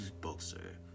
boxer